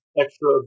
extra